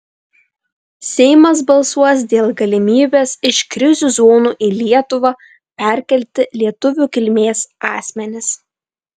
seimas balsuos dėl galimybės iš krizių zonų į lietuvą perkelti lietuvių kilmės asmenis